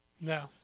No